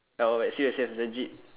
ah wait wait serious serious legit